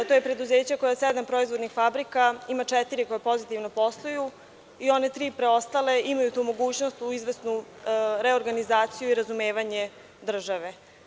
To je preduzeće koje ima sedam proizvodnih fabrika, četiri koje pozitivno posluju i one tri preostale imaju tu mogućnost u izvesnu reorganizaciju i razumevanje države.